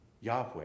Yahweh